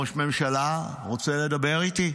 ראש ממשלה רוצה לדבר איתי.